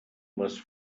les